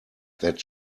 that